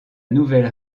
nouvelle